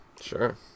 Sure